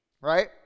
right